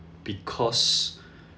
because